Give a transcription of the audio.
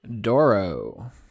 Doro